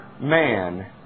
man